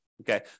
okay